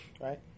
right